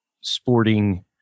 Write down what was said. sporting